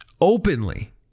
openly